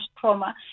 trauma